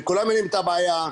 כולם יודעים את הבעיה.